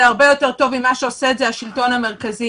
רבה יותר טוב ממה שעושה את זה השלטון המרכזי,